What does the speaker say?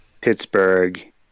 Pittsburgh